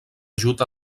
ajut